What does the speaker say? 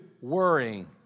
worrying